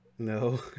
No